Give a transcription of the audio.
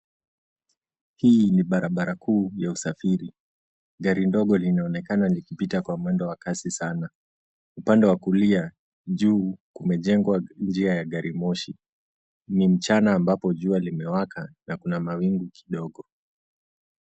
Hii ni barabara kuu ya usafiri. Gari ndogo linaonekana likipita kwa mwendo wa kasi sana. Upande wa kulia, juu, kumejengwa njia ya gari moshi. Ni mchana ambapo jua lkimewaka, na kuna mawingu kidogo.